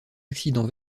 accident